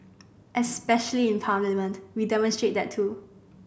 especially in Parliament we demonstrate that too